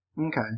okay